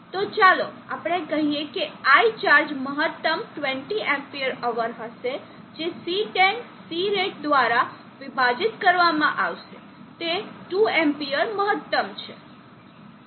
તો ચાલો આપણે કહીએ કે Icharge મહત્તમ 20 Ah હશે જે C10 C rate દ્વારા વિભાજિત કરવા માં આવશે જે 2 amp મહત્તમ છે